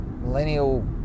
millennial